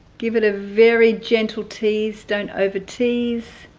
give it a very gentle tease don't over tease